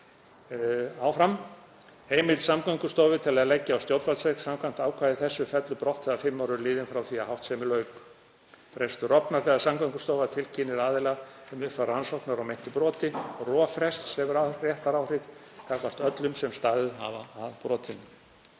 áfram: Heimild Samgöngustofu til að leggja á stjórnvaldssekt samkvæmt ákvæði þessu fellur brott þegar fimm ár eru liðin frá því að háttsemi lauk. Frestur rofnar þegar Samgöngustofa tilkynnir aðila um upphaf rannsóknar á meintu broti. Rof frests hefur réttaráhrif gagnvart öllum sem staðið hafa að brotinu.